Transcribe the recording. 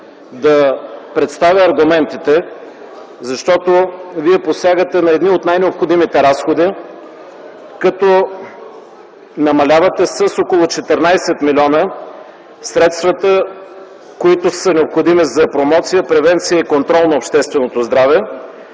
да представя аргументите, защото вие посягате на един от най-необходимите разходи, като намалявате с около 14 млн. лв. средствата, които са необходими за промоция, превенция и контрол на общественото здраве,